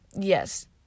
yes